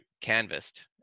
canvassed